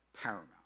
paramount